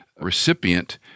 recipient